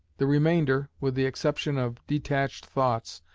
the remainder, with the exception of detached thoughts,